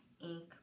ink